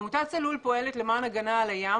עמותת צלול פועלת למען הגנה על הים,